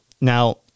Now